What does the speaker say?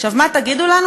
עכשיו, מה תגידו לנו?